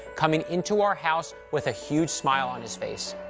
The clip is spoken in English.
coming into our house with a huge smile on his face.